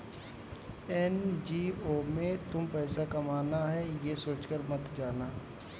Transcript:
NGO में तुम पैसा कमाना है, ये सोचकर मत जाना